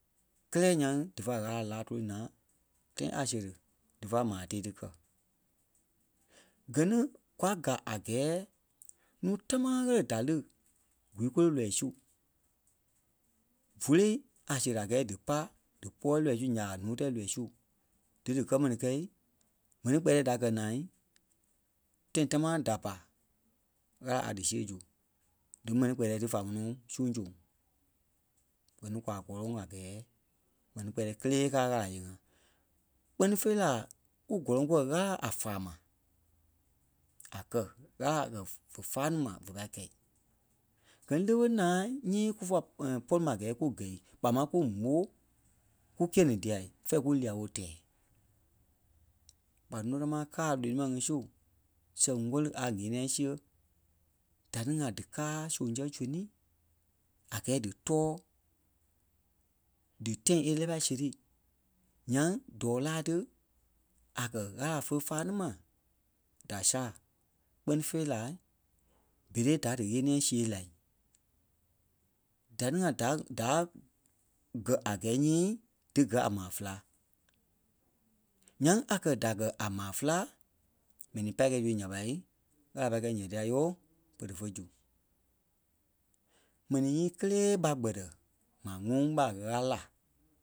kɛ́lɛ nyaŋ dífa Ɣâla láa tóli naa tãi a seri dífa maa tii tí kɛ. Gɛ ni kwa gaa a gɛɛ núu támaa ɣéle da lí gwii-kole lɔ́ii su vóloi a seri la a gɛɛ dí pa díkpɔɔi lɔii su nya ɓa nuu-tɛi lɔii su dí dí kɛ mɛni kɛ̂i m̀ɛni kpɛtɛɛ da gɛ naa tãi támaa da pa Ɣâla a dísee zu, dí mɛni kpɛtɛɛ tí fá ŋɔnɔ suŋ soŋ gɛ ni kwa gɔlɔŋ a gɛɛ mɛni kpɛtɛɛ kélee káa Ɣâla yée-ŋa. Kpɛ́ni fêi la kú gɔlɔŋ kûɛ Ɣâla a fâa maa a kɛ̀, Ɣâla a kɛ̀ vè fâa ní ma ve pâi kɛ̂i. Gɛ ni le ɓé naa nyii ku fá pɔri ma a gɛɛ ku gɛ̂i kpaa máŋ ku mó kukîe-ni dîa fɛ̂ɛ kú lia-woo tɛɛ. Kpa núu támaa káa a lée nua ŋí su sɛŋ ŋwɛ̂li a ŋ̀eniɛi ŋí siɣei da ni ŋai díkaa soŋ sɛŋ sonii a gɛɛ dí tɔ́ɔ dí tãi e lɛ́ɛ pâi séri nyaŋ dɔɔ láa tí a kɛ̀ Ɣâla fé fâa ni mai da saa, kpɛ́ni fêi la berei da dí ɣeniɛ see la. Da ní ŋai da- da gɛ a gɛɛ nyii dí gɛ́ a maa féla. Nyaŋ a kɛ̀ da gɛ a maa féla, mɛnii pâi kɛ̂i ɓé nya ɓa Ɣâla a pá kɛ̂i nyɛɛ dîa yooo pere fé zu. Mɛnii nyii kelee ɓa gbɛtɛ maa ŋuŋ ɓa Ɣâla.